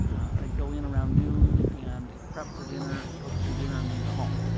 i'd go in around noon, and prep for dinner, and cook through dinner and then go home